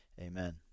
Amen